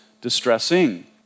distressing